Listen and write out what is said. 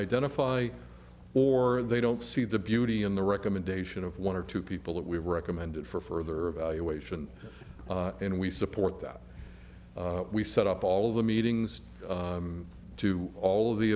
identify or they don't see the beauty in the recommendation of one or two people that we recommended for further evaluation and we support that we set up all the meetings to all of the